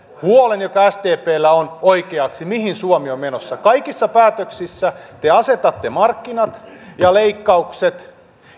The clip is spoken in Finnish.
huolen joka sdpllä on oikeaksi mihin suomi on menossa kaikissa päätöksissä te asetatte markkinat ja leikkaukset